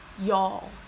Y'all